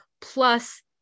plus